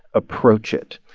approach it.